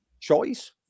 choice